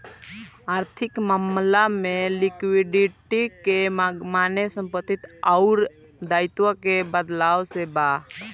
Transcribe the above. आर्थिक मामला में लिक्विडिटी के माने संपत्ति अउर दाईत्व के बदलाव से बा